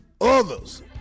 Others